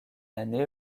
année